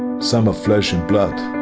some are flesh and blood.